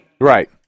Right